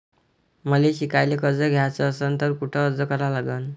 मले शिकायले कर्ज घ्याच असन तर कुठ अर्ज करा लागन?